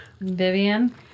Vivian